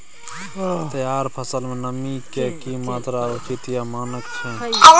तैयार फसल में नमी के की मात्रा उचित या मानक छै?